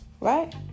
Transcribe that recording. Right